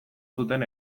zuten